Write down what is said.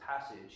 passage